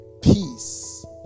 peace